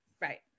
Right